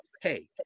hey